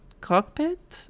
cockpit